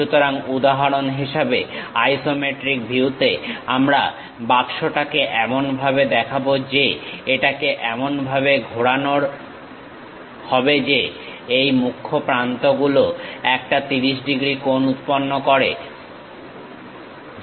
সুতরাং উদাহরণ হিসেবে আইসোমেট্রিক ভিউতে আমরা বাক্সটাকে এমনভাবে দেখাবো যে এটাকে এমনভাবে ঘোরানো হবে যে এই মুখ্য প্রান্ত গুলোর একটা 30 ডিগ্রী কোণ উৎপন্ন করে